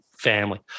family